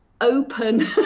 open